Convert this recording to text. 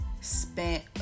spent